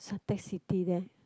Suntec City there